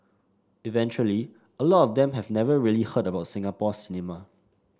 eventually a lot of them have never really heard about Singapore cinema